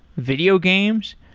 video games,